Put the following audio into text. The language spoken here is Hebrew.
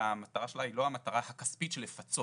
והמטרה שלה היא לא המטרה הכספית של לפצות